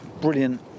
brilliant